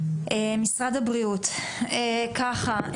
ככה,